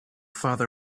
father